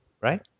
right